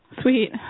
Sweet